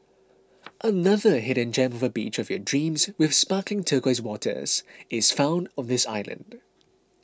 another hidden gem of a beach of your dreams with sparkling turquoise waters is found on this island